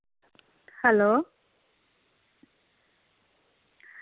hello